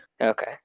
Okay